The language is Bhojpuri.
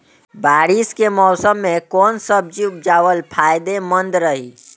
बारिश के मौषम मे कौन सब्जी उपजावल फायदेमंद रही?